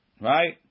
Right